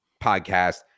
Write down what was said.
podcast